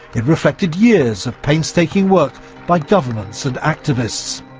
it reflected years of painstaking work by governments and activists.